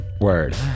Word